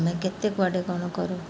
ଆମେ କେତେ କୁଆଡ଼େ କ'ଣ କରୁ